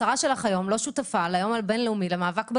השרה שלך היום לא שותפה ליום הבינלאומי למאבק בעישון.